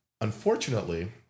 unfortunately